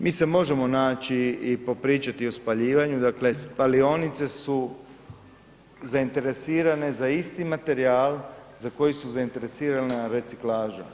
Mi se možemo naći i popričati o spaljivanju, dakle spalionice su zainteresirane za isti materijal za koji su zainteresirana reciklaža.